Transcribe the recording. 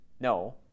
no